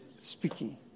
speaking